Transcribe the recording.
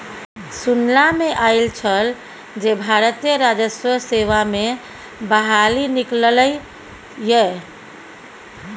सुनला मे आयल छल जे भारतीय राजस्व सेवा मे बहाली निकललै ये